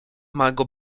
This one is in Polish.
małego